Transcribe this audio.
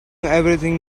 everything